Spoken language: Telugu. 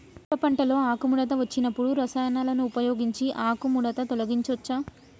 మిరప పంటలో ఆకుముడత వచ్చినప్పుడు రసాయనాలను ఉపయోగించి ఆకుముడత తొలగించచ్చా?